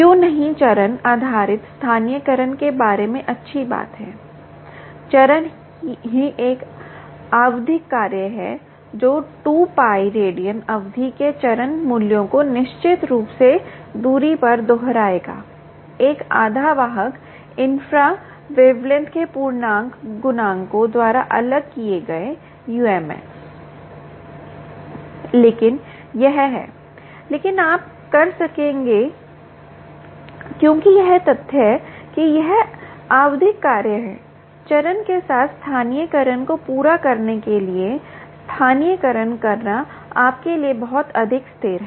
क्यों नहीं चरण आधारित स्थानीयकरण के बारे में अच्छी बात है चरण ही एक आवधिक कार्य है जो 2 pi रेडियन अवधि के चरण मूल्यों को निश्चित रूप से दूरी पर दोहराएगा एक आधा वाहक इन्फ्रा वेवलेंथ के पूर्णांक गुणकों द्वारा अलग किए गए ums लेकिन यह है लेकिन आप कर सकेंगे क्योंकि यह तथ्य कि यह एक आवधिक कार्य है चरण के साथ स्थानीयकरण को पूरा करने के लिए स्थानीयकरण करना आपके लिए बहुत अधिक स्थिर है